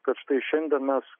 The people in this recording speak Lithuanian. kad štai šiandien mes